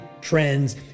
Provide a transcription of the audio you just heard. trends